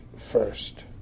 First